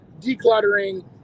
decluttering